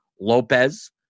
Lopez